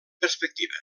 perspectiva